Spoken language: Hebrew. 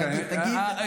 חבר הכנסת.